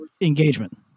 engagement